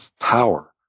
power